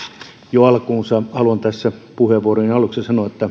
jo alkuunsa haluan tässä puheenvuoroni aluksi sanoa että